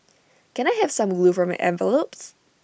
can I have some glue for my envelopes